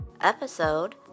Episode